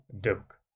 Duke